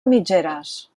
mitgeres